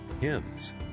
hymns